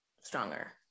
stronger